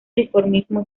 dimorfismo